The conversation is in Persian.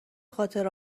خاطر